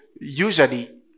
usually